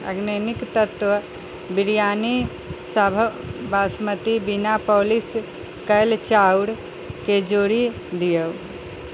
organic तत्व बिरयानीसब बासमती बिना पॉलिश कएल चाउरके जोड़ि दिऔ